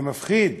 זה מפחיד.